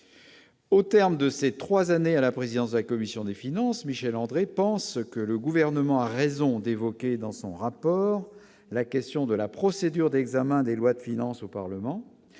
Au terme de ces 3 années à la présidence de la commission des finances Michel-André pensent que le gouvernement a raison d'évoquer dans son rapport, la question de la procédure d'examen des lois de finances au Parlement